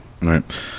Right